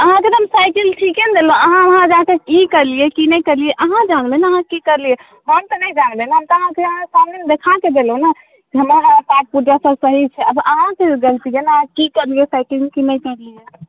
अहाँके तऽ हम साइकिल ठीके ने देलहुँ अहाँ वहाँ जाके की कयलियै की नहि कयलियै अहाँ जानबै ने अहाँ की करलियै हम तऽ नहि जानबै ने हम तऽ यहाँ अहाँके सामनेमे देखाके देलहुँ ने हमर सब पार्ट पुर्जा सब सही छै अब अहाँके गलती भेल ने अहाँ की कयलियै साइकिल की नहि करलियै